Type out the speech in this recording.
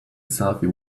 selfie